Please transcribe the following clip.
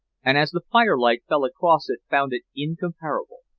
and as the firelight fell across it found it incomparable.